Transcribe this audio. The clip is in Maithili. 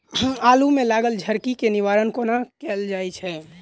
आलु मे लागल झरकी केँ निवारण कोना कैल जाय छै?